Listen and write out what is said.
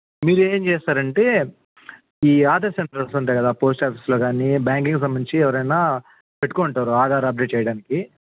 మీరు ఏమి చేస్తారంటే ఈ ఆధార్ సెంటర్స్ ఉంటాయి కదా పోస్ట్ ఆఫీస్లో కానీ బ్యాంక్కు సంబంధించి ఎవరైనా పెట్టుకొని ఉంటారు ఆధార్ అప్డేట్ చేయడానికి